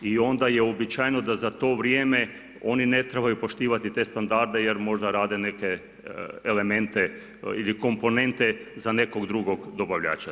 I onda je uobičajeno da za to vrijeme oni ne trebaju poštivati te standarde jer možda rade neke elemente ili komponente za nekog drugog dobavljača.